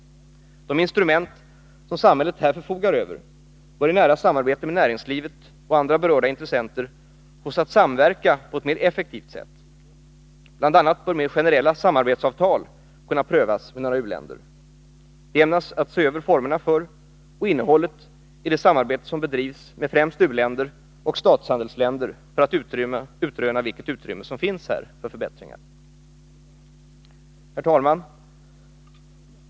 De instrument som samhället här förfogar över bör i nära samarbete med näringslivet och andra berörda intressenter fås att samverka på ett mer effektivt sätt. Bl. a. bör mer generella samarbetsavtal kunna prövas med några u-länder. Vi ämnar se över formerna för och innehållet i det samarbete som bedrivs med främst u-länder och statshandelsländer för att utröna vilket utrymme som finns för förbättringar. Herr. talman!